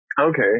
Okay